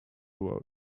road